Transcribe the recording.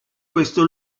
questo